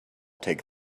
take